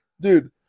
Dude